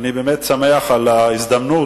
אני באמת שמח על ההזדמנות